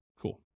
Cool